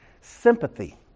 Sympathy